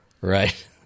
right